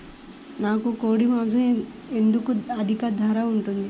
నాకు కోడి మాసం ఎందుకు అధిక ధర ఉంటుంది?